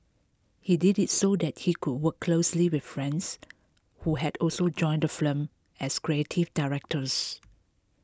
he did it so that he could work closely with friends who had also joined the firm as creative directors